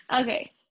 Okay